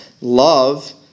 love